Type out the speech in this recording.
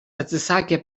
atsisakė